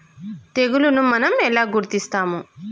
తెగులుని మనం ఎలా గుర్తిస్తాము?